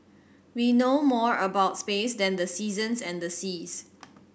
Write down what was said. we know more about space than the seasons and the seas